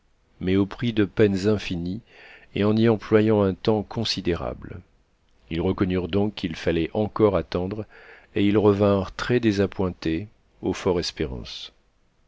mais au prix de peines infinies et en y employant un temps considérable ils reconnurent donc qu'il fallait encore attendre et ils revinrent très désappointés au